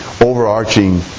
overarching